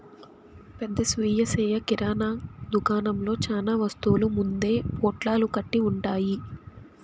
పెద్ద స్వీయ సేవ కిరణా దుకాణంలో చానా వస్తువులు ముందే పొట్లాలు కట్టి ఉంటాయి